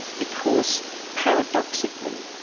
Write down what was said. because paradoxically,